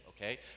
okay